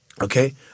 okay